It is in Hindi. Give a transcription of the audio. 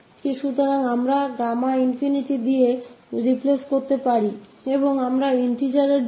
होगा तो हम यहाँ से बदल सकते हैं y